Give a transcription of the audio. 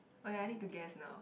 oh ya I need to guess now